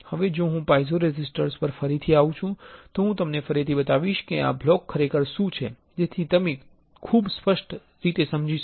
હવે જો હું પાઇઝોરેઝિસ્ટર પર ફરીથી આવું છું તો હું તમને ફરીથી બતાવીશ કે આ બ્લોક ખરેખર શું છે જેથી તમે ખૂબ સ્પષ્ટ રીતે સમજો